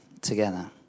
together